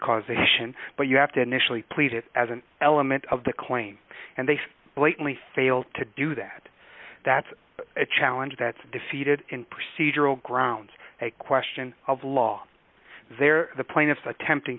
causation but you have to initially plead it as an element of the claim and they blatantly failed to do that that's a challenge that's defeated in procedural grounds a question of law there the plaintiffs attempting